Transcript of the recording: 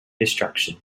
destruction